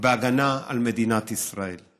מההגנה על מדינת ישראל.